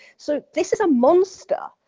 so this is a monster,